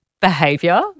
behavior